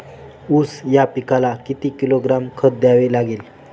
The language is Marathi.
ऊस या पिकाला किती किलोग्रॅम खत द्यावे लागेल?